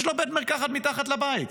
יש לו בית מרקחת מתחת לבית,